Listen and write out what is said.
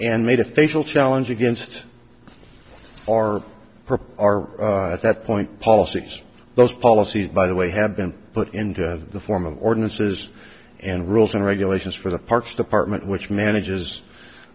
and made a facial challenge against our proposal at that point policies those policies by the way have been put into the form of ordinances and rules and regulations for the parks department which manages